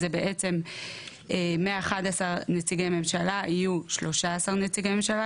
אז זה בעצם מ-11 נציגי ממשלה יהיו 13 נציגי ממשלה,